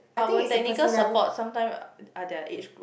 our technical support sometime are their age group